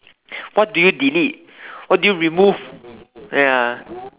what do you delete what do you remove ya